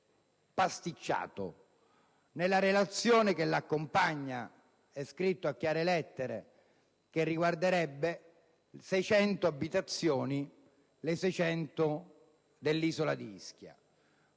pasticciato. Nella relazione che l'accompagna è scritto a chiare lettere che riguarderebbe circa 600 casi (le 600 abitazioni dell'isola di Ischia).